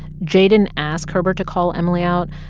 j didn't ask herbert to call emily out,